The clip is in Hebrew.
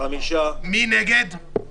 הצבעה הרביזיה על תיקון מס' 5, תקנות העבודה,